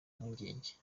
impungenge